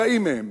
קטעים מהם.